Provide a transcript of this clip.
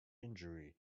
injury